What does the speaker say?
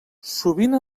sovint